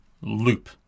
loop